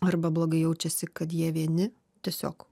arba blogai jaučiasi kad jie vieni tiesiog